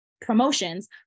promotions